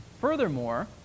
Furthermore